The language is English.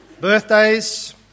Birthdays